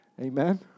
Amen